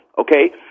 okay